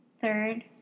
Third